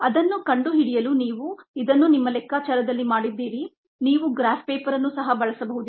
ಅದನ್ನು ಕಂಡುಹಿಡಿಯಲು ನೀವು ಇದನ್ನು ನಿಮ್ಮ ಲೆಕ್ಕಾಚಾರದಲ್ಲಿ ಮಾಡಿದ್ದೀರಿ ನೀವು ಗ್ರಾಫ್ ಪೇಪರ್ ಅನ್ನು ಸಹ ಬಳಸಬಹುದಿತ್ತು